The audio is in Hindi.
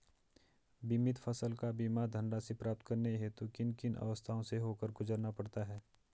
बीमित फसल का बीमा धनराशि प्राप्त करने हेतु किन किन अवस्थाओं से होकर गुजरना पड़ता है?